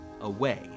away